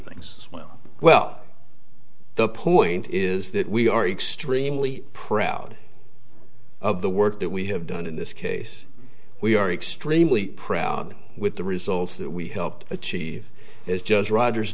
ings well well the point is that we are extremely proud of the work that we have done in this case we are extremely proud with the results that we helped achieve is just rogers